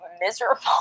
miserable